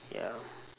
ya